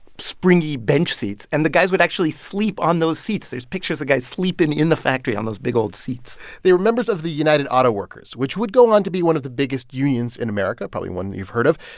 springy bench seats. and the guys would actually sleep on those seats. there's pictures of guys sleeping in the factory on those big, old seats they were members of the united auto workers, which would go on to be one of the biggest unions in america, probably one that you've heard of.